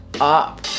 up